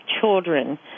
children